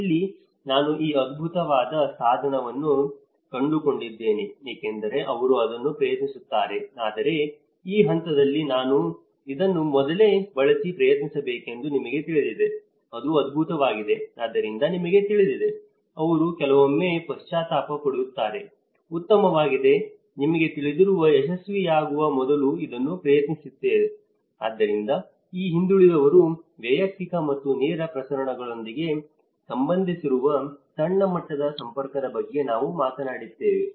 ಇಲ್ಲಿ ನಾನು ಈ ಅದ್ಭುತವಾದ ಸಾಧನವನ್ನು ಕಂಡುಕೊಂಡಿದ್ದೇನೆ ಏಕೆಂದರೆ ಅವರು ಅದನ್ನು ಪ್ರಯತ್ನಿಸುತ್ತಾರೆ ಆದರೆ ಈ ಹಂತದಲ್ಲಿ ನಾನು ಇದನ್ನು ಮೊದಲೇ ಬಳಸಿ ಪ್ರಯತ್ನಿಸಬೇಕೆಂದು ನಿಮಗೆ ತಿಳಿದಿದೆ ಅದು ಅದ್ಭುತವಾಗಿದೆ ಆದ್ದರಿಂದ ನಿಮಗೆ ತಿಳಿದಿದೆ ಅವರು ಕೆಲವೊಮ್ಮೆ ಪಶ್ಚಾತ್ತಾಪ ಪಡುತ್ತಾರೆ ಉತ್ತಮವಾಗಿದೆ ನಿಮಗೆ ತಿಳಿದಿರುವ ಯಶಸ್ವಿಯಾಗುವ ಮೊದಲು ಇದನ್ನು ಪ್ರಯತ್ನಿಸಿದೆ ಆದ್ದರಿಂದ ಈ ಹಿಂದುಳಿದವರು ವೈಯಕ್ತಿಕ ಮತ್ತು ನೇರ ಪ್ರಸರಣಗಳೊಂದಿಗೆ ಸಂಬಂಧಿಸಿರುವ ಸಣ್ಣ ಮಟ್ಟದ ಸಂಪರ್ಕದ ಬಗ್ಗೆ ನಾವು ಮಾತನಾಡಿದ್ದೇವೆ